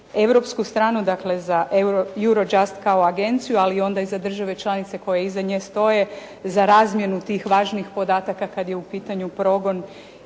europsku stranu. Dakle, za Eurojust kao agenciju, ali onda i za države članice koje iza nje stoje za razmjenu tih važnih podataka kada je u pitanju progon